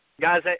Guys